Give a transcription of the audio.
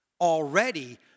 already